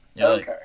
Okay